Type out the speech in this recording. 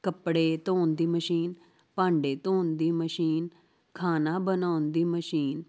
ਕੱਪੜੇ ਧੋਣ ਦੀ ਮਸ਼ੀਨ ਭਾਂਡੇ ਧੋਣ ਦੀ ਮਸ਼ੀਨ ਖਾਣਾ ਬਣਾਉਣ ਦੀ ਮਸ਼ੀਨ